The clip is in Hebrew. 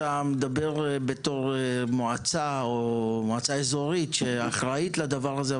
אתה מדבר בתור מועצה או מועצה אזורית שאחראית על הדבר הזה.